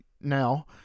now